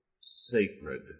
sacred